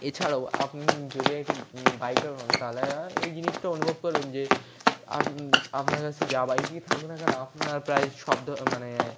এছাড়াও আপনি যদি একটি বাইকার হন তাহলে এই জিনিসটা অনুভব করেন যে আপ আপনার কাছে যা বাইকই থাকুক না কেন আপনার প্রায় সব ধরনের মানে